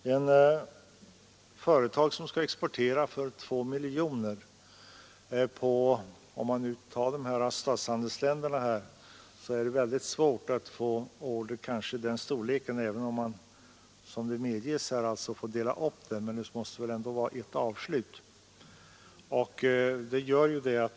Det är mycket svårt att få order av den storleken för ett mindre företag som exporterar t.ex. på statshandelsländerna — även om man medger att beloppet får delas upp, måste det gälla ett avslut.